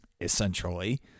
essentially